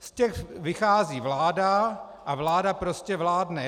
Z těch vychází vláda a vláda prostě vládne.